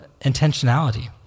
intentionality